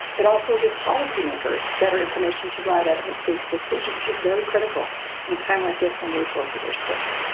it also will give policy makers better information to drive evidence-based decisions, which is very critical in a time like this when resources are scarce.